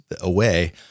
away